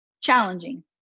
Challenging